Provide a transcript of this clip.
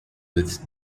with